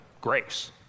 grace